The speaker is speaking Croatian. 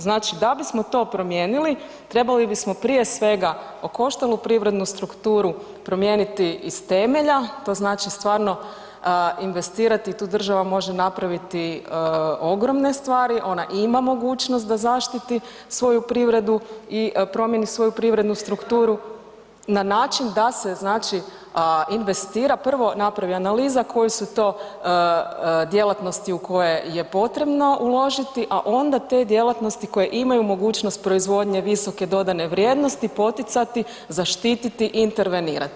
Znači, da bismo to promijenili trebali bismo prije svega okoštalu privrednu strukturu promijeniti iz temelja, to znači stvarno investirati, tu država može napraviti ogromne stvari, ona ima mogućnost da zaštiti svoju privredu i promijeni svoju privrednu strukturu na način da se znači investira prvo napravi analiza koje su to djelatnosti u koje je potrebno uložiti, a onda te djelatnosti koje imaju mogućnost proizvodnje visoke dodane vrijednosti, poticati, zaštititi i intervenirati.